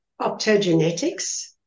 optogenetics